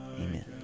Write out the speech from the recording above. Amen